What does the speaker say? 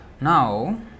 Now